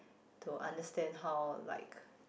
to understand how like